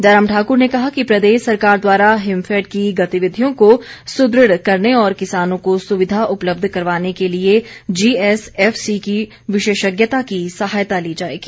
जयराम ठाकुर ने कहा कि प्रदेश सरकार द्वारा हिमफैड की गतिविधियों को सुदृढ़ करने और किसानों को सुविधा उपलब्ध करवाने के लिए जीएसएफसी की विशेषज्ञता की सहायता ली जाएगी